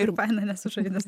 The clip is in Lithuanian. ir baimė nesusigadint